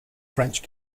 french